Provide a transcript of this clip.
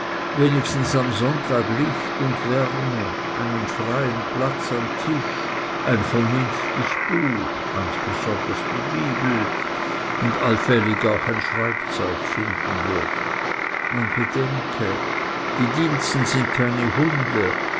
wenigstens am sonntag licht und wärme einen freien platz am tisch ein vernünftig buch ganz besonders die bibel und allfällig auch ein schreibzeug finden würde man bedenke die diensten sind keine hunde